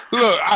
look